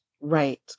Right